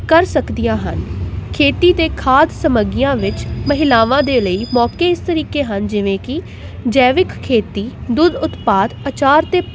ਕਰ ਸਕਦੀਆਂ ਹਨ ਖੇਤੀ ਅਤੇ ਖਾਦ ਸਮੱਗਰੀਆਂ ਵਿੱਚ ਮਹਿਲਾਵਾਂ ਦੇ ਲਈ ਮੌਕੇ ਇਸ ਤਰੀਕੇ ਹਨ ਜਿਵੇਂ ਕਿ ਜੈਵਿਕ ਖੇਤੀ ਦੁੱਧ ਉਤਪਾਦ ਅਚਾਰ ਅਤੇ